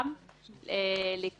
אלא